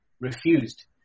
refused